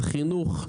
אז חינוך,